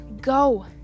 go